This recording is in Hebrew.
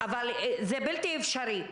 אבל זה בלתי אפשרי.